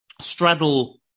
straddle